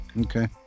Okay